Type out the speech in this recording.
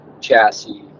chassis